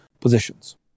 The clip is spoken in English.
positions